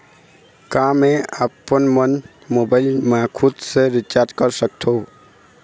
का मैं आपमन मोबाइल मा खुद से रिचार्ज कर सकथों?